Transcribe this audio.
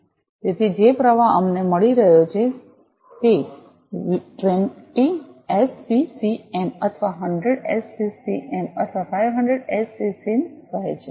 તેથી જે પ્રવાહ અમને મળી રહ્યો છે તેથી તે 20 એસસીસીએમ અથવા 100 એસસીસીએમ અથવા 500 એસસીસીએમ કહે છે